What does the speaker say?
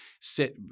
sit